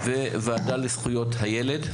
והוועדה לזכויות הילד.